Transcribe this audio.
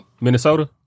Minnesota